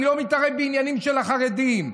אני לא מתערב בעניינים של החרדים.